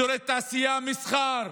אזורי תעשייה ומסחר,